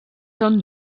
són